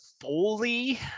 Foley